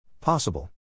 Possible